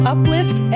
Uplift